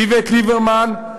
איווט ליברמן,